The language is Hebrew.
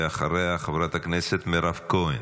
ואחריה, חברת הכנסת מירב כהן.